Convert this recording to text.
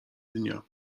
dnia